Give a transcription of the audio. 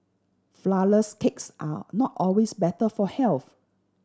flourless cakes are not always better for health